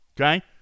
Okay